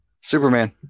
Superman